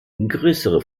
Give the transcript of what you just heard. größere